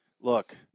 look